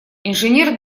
инженер